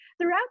throughout